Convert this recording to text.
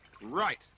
Right